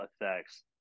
effects